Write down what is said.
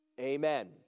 Amen